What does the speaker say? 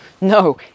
No